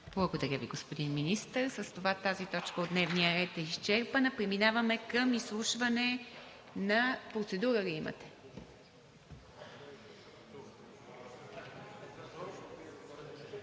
Благодаря Ви, господин Министър. С това тази точка от дневния ред е изчерпана. Преминаваме към изслушване на… Процедура ли имате?